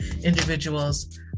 individuals